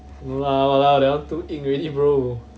no lah !walao! that one too eng already bro